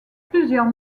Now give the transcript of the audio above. plusieurs